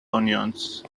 onions